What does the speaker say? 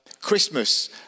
Christmas